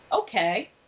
Okay